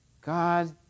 God